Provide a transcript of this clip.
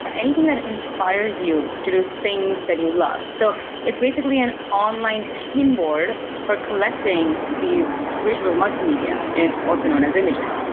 anything that expires you to do things that you love. so it's basically an online pin board for collecting these visual multimedia, and also known as images.